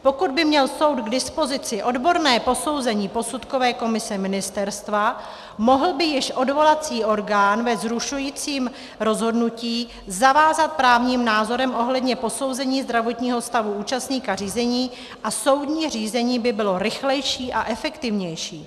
Pokud by měl soud k dispozici odborné posouzení posudkové komise ministerstva, mohl by již odvolací orgán ve zrušujícím rozhodnutí zavázat právním názorem ohledně posouzení zdravotního stavu účastníka řízení a soudní řízení by bylo rychlejší a efektivnější.